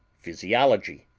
physiology,